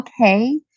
okay